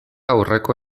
aurreko